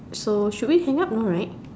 so should we hang up no right